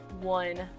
One